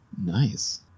Nice